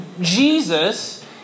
Jesus